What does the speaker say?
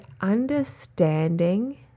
understanding